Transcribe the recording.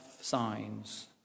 signs